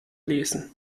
lesen